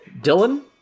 Dylan